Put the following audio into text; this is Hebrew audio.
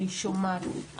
אני שומעת,